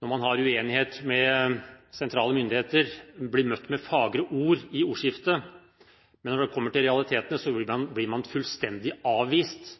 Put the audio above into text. med sentrale myndigheter, blir man møtt med fagre ord i ordskiftet, men når man kommer til realitetene, blir man fullstendig avvist